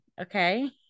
Okay